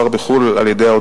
למה